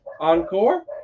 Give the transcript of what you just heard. encore